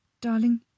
Darling